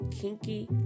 kinky